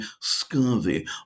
scurvy